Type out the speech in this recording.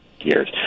years